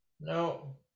No